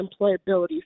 employability